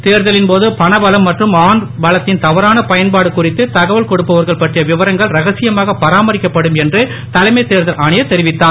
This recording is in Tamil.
தேர்தலின் போது பணபலம் மற்றும் ஆன் பலத்தின் தவறான பயன்பாடு குறித்து தகவல் கொடுப்பவர்கள் பற்றிய விவரங்கள் ரகசியமாக பராமரிக்கப்படும் என்று தலைமை தேர்தல் ஆணையர் தெரிவித்தார்